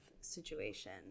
situation